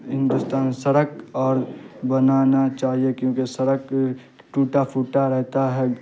ہندوستان سڑک اور بنانا چاہیے کیونکہ سڑک ٹوٹا پھوٹا رہتا ہے